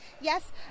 Yes